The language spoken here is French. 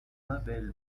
mabel